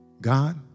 God